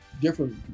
different